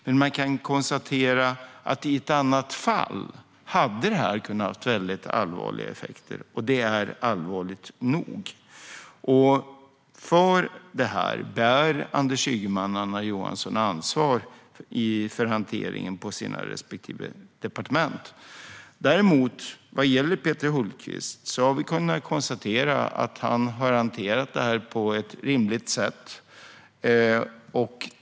Men man kan konstatera att det här hade kunnat ha allvarliga effekter i ett annat fall, och det är allvarligt nog. Här bär Anders Ygeman och Anna Johansson ansvar för hanteringen på sina respektive departement. Däremot har vi kunnat konstatera att Peter Hultqvist har hanterat det här på ett rimligt sätt.